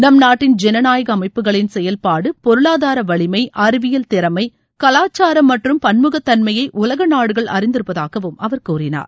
நம் நாட்டின் ஜனநாயக அமைப்புகளின் செயல்பாடு பொருளாதார வலிமை அறிவியல் திறமை கலாச்சாரம் மற்றும் பன்முகத் தன்மையை உலக நாடுகள் அறிந்திருப்பதாகவும் அவர் கூறினார்